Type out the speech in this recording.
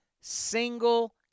single